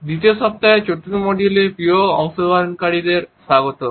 দ্বিতীয় সপ্তাহের চতুর্থ মডিউলে প্রিয় অংশগ্রহণকারীদের স্বাগতম